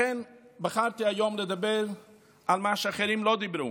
לכן בחרתי היום לדבר על מה שאחרים לא דיברו